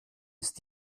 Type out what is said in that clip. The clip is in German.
ist